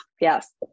Yes